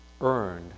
earned